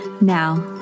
Now